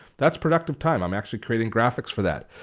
that's productive time. i'm actually creating graphics for that.